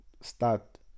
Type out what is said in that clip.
start